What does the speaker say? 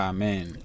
Amen